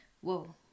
whoa